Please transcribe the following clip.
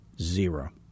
Zero